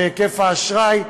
בהיקף האשראי,